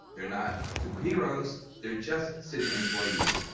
they're not super heroes, they're just city employees.